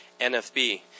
NFB